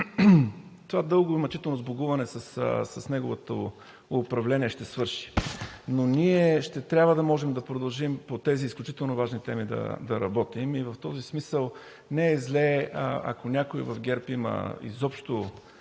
това дълго мъчително сбогуване с неговото управление ще свърши, но ние ще трябва да можем да продължим по тези изключително важни теми да работим. В този смисъл, не е зле, ако някой в ГЕРБ има изобщо